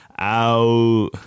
out